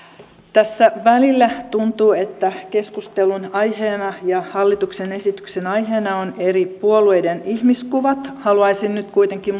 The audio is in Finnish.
tässä välillä tuntuu että keskustelun aiheena ja hallituksen esityksen aiheena on eri puolueiden ihmiskuvat haluaisin nyt kuitenkin